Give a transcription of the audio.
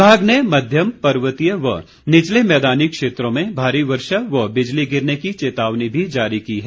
विभाग ने मध्यम पर्वतीय व निचले मैदानी क्षेत्रों में भारी वर्षा व बिजली गिरने की चेतावनी जारी की है